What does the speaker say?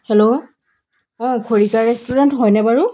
hello অঁ খৰিকা restaurant হয়নে বাৰু